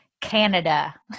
Canada